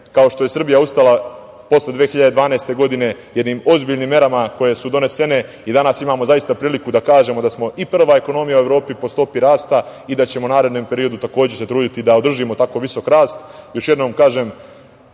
kao što je Srbija ustala posle 2012. godine, jednim ozbiljnim merama koje su donesene i danas imamo zaista priliku da kažemo da smo i prva ekonomija u Evropi po stopi rasta i da ćemo u narednom periodu takođe se truditi da održimo tako visok rast. Još jednom kažem,